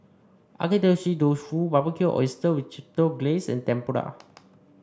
Agedashi Dofu Barbecued Oysters with Chipotle Glaze and Tempura